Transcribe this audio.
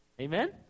Amen